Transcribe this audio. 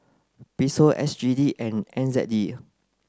Peso S G D and N Z D